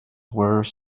were